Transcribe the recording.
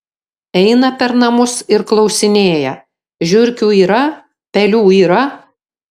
eina per namus ir klausinėja žiurkių yra pelių yra